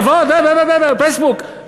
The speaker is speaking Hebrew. פייסבוק?